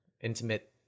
intimate